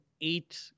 eight